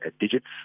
digits